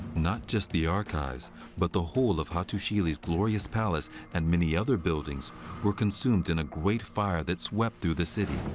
not just the archives but the whole of hattusili's glorious palace and many other buildings were consumed in a great fire that swept through the city.